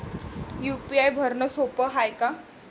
UPI भरनं सोप हाय का?